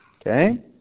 Okay